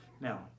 Now